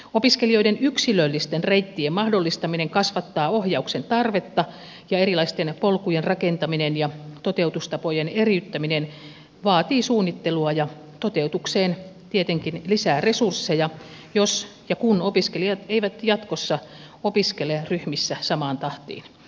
opiskelijoiden yksilöllisten reittien mahdollistaminen kasvattaa ohjauksen tarvetta ja erilaisten polkujen rakentaminen ja toteutustapojen eriyttäminen vaativat suunnittelua ja toteutukseen tietenkin lisää resursseja jos ja kun opiskelijat eivät jatkossa opiskele ryhmissä samaan tahtiin